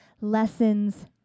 lessons